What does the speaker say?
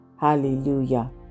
Hallelujah